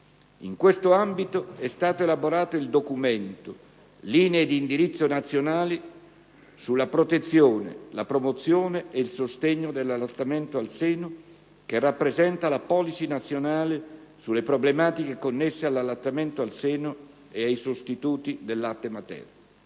In questo ambito è stato elaborato il documento "Linee di indirizzo nazionali sulla protezione, la promozione e il sostegno dell'allattamento al seno", che rappresenta la *policy* nazionale sulle problematiche connesse all'allattamento al seno e ai sostituti del latte materno.